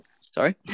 sorry